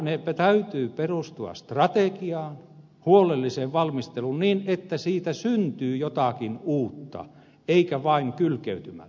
niiden täytyy perustua strategiaan huolelliseen valmisteluun niin että siitä syntyy jotakin uutta eikä vain kylkeytymä